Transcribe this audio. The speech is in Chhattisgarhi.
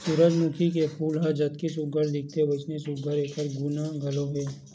सूरजमूखी के फूल ह जतके सुग्घर दिखथे वइसने सुघ्घर एखर गुन घलो हे